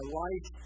life